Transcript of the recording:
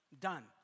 done